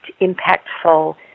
impactful